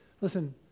Listen